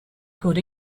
could